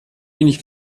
wenig